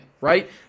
right